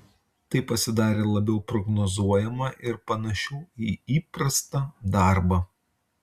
tai pasidarė labiau prognozuojama ir panašiau į įprastą darbą